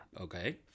Okay